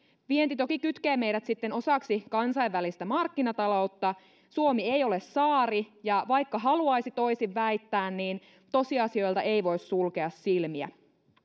vienti toki kytkee meidät sitten osaksi kansainvälistä markkinataloutta suomi ei ole saari ja vaikka haluaisi toisin väittää niin tosiasioilta ei voi sulkea silmiä